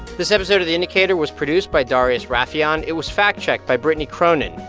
this episode of the indicator was produced by darius rafieyan. it was fact-checked by brittany cronin.